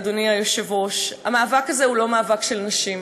אדוני היושב-ראש: המאבק הזה הוא לא מאבק של נשים.